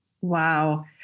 Wow